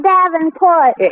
Davenport